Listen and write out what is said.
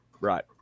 Right